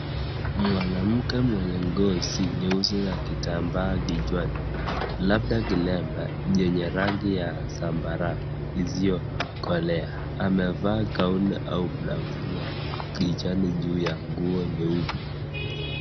Mwanamke mwenye ngozi nyeusi na kitamba kichwani labda kilemba chenye rangi la sambalao ilisiyokolea, amevaa gown au blausi yenye kijane juu ya nguo nyeupe.